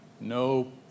No